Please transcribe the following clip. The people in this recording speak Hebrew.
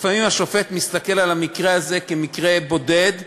לפעמים השופט מסתכל על המקרה הזה כמקרה בודד ואומר: